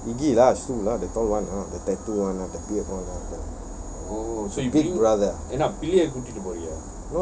igi lah the tall one lah the tattoo one ah big brother